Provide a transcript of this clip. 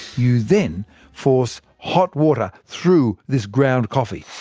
you then force hot water through this ground coffee,